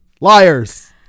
Liars